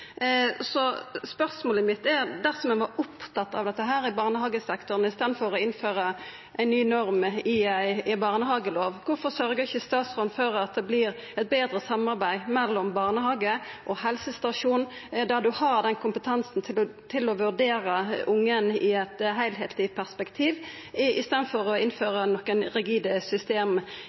Så spørsmålet mitt er: Dersom ein er opptatt av dette i barnehagesektoren: I staden for å innføra ei ny norm i ei barnehagelov, kvifor sørgjer ikkje statsråden for at det vert eit betre samarbeid mellom barnehage og helsestasjon, der ein har kompetansen til å vurdera ungen i eit heilskapleg perspektiv, i staden for å innføra nokre rigide system